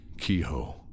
Kehoe